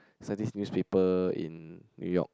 is like this newspaper in New York